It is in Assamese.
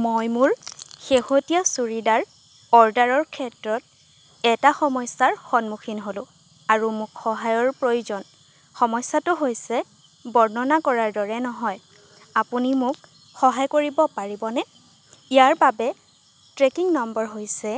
মই মোৰ শেহতীয়া চুৰিদাৰ অৰ্ডাৰৰ ক্ষেত্ৰত এটা সমস্যাৰ সন্মুখীন হ'লোঁ আৰু মোক সহায়ৰ প্ৰয়োজন সমস্যাটো হৈছে বৰ্ণনা কৰাৰ দৰে নহয় আপুনি মোক সহায় কৰিব পাৰিবনে ইয়াৰ বাবে ট্ৰেকিং নম্বৰ হৈছে